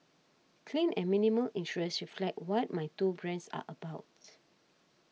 clean and minimal interiors reflect what my two brands are about